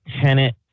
tenant